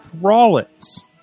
Rollins